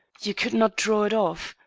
you could not draw it off.